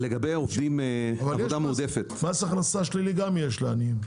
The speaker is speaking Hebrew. גם לעניים יש מס הכנסה שלילי.